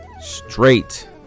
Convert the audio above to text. straight